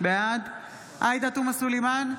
בעד עאידה תומא סלימאן,